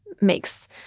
makes